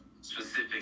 specific